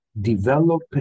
develop